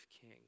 king